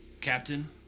Captain